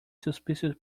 suspicious